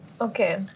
Okay